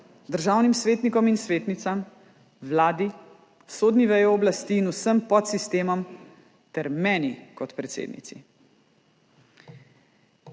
državnim svetnikom in svetnicam, vladi, sodni veji oblasti in vsem podsistemom ter meni kot predsednici.